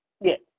Yes